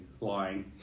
lying